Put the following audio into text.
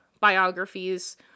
biographies